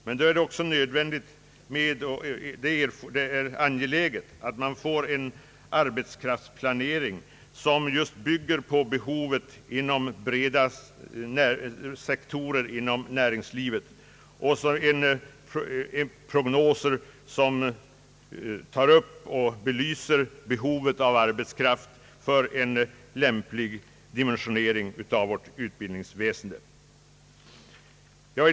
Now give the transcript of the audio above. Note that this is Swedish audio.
Men då är det också angeläget att vi får en arbetskraftsplanering som just bygger på behovet inom breda sektorer av näringslivet och prognoser vilka belyser behovet av arbetskraft för en lämplig dimensionering av vårt utbildningsväsen.